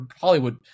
Hollywood